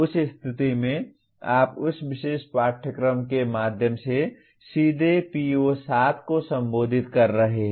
उस स्थिति में आप उस विशेष पाठ्यक्रम के माध्यम से सीधे PO7 को संबोधित कर रहे हैं